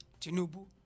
Tinubu